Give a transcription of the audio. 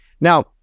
now